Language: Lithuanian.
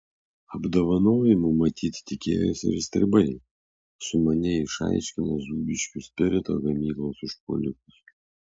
apdovanojimų matyt tikėjosi ir stribai sumaniai išaiškinę zūbiškių spirito gamyklos užpuolikus